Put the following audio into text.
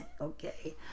Okay